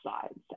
sides